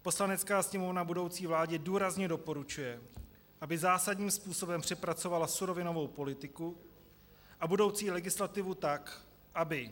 Poslanecká sněmovna budoucí vládě důrazně doporučuje, aby zásadním způsobem přepracovala surovinovou politiku a budoucí legislativu tak, aby